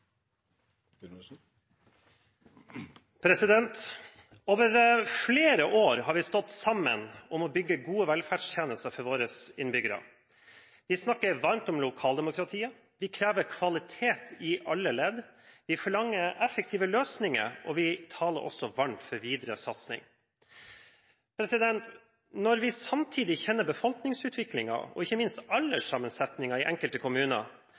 Over flere år har vi stått sammen om å bygge gode velferdstjenester for våre innbyggere. Vi snakker varmt om lokaldemokratiet, vi krever kvalitet i alle ledd, vi forlanger effektive løsninger, og vi taler også varmt for videre satsing. Når vi samtidig kjenner befolkningsutviklingen – og ikke minst alderssammensetningen – i enkelte kommuner,